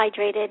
hydrated